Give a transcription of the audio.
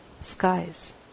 skies